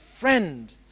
friend